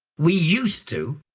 we used to,